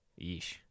Yeesh